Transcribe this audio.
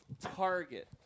target